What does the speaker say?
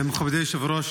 מכובדי היושב-ראש,